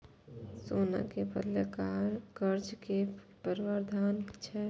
सोना के बदला कर्ज के कि प्रावधान छै?